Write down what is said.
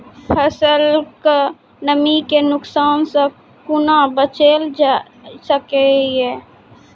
फसलक नमी के नुकसान सॅ कुना बचैल जाय सकै ये?